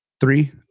Three